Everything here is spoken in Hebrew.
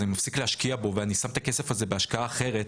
אז אני מפסיק להשקיע בו ואני שם את הכסף הזה בהשקעה אחרת,